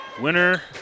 Winner